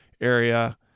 area